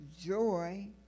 joy